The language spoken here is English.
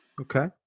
Okay